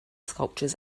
sculptures